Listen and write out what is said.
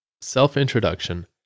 Self-Introduction